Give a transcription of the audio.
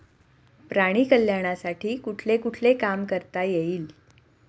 प्राणी कल्याणासाठी कुठले कुठले काम करता येईल?